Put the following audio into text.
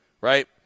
right